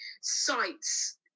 sites